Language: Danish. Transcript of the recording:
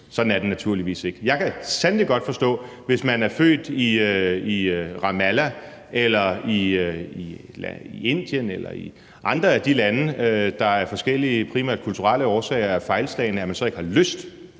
sådan er det jo naturligvis ikke. Jeg kan sandelig godt forstå, at hvis man er født i Ramallah eller i Indien eller i et af de andre af de lande, der af forskellige, primært kulturelle, årsager er fejlslagne, så har man ikke lyst